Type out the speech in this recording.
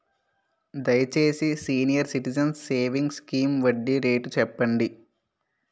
దయచేసి senior citizens savings scheme వడ్డీ rate చెప్పండి